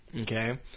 okay